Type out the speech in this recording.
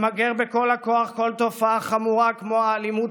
למגר בכל הכוח כל תופעה חמורה כמו האלימות